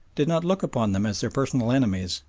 did not look upon them as their personal enemies,